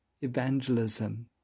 evangelism